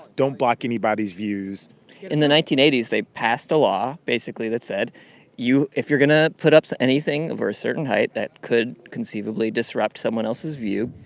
don't block anybody's views in the nineteen eighty s, they passed a law basically that said you if you're going to put up so anything over a certain height that could conceivably disrupt someone else's view,